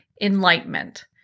enlightenment